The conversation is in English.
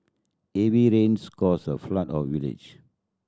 heavy rains caused a flood of village